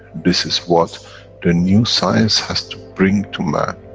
this is what the new science has to bring to man.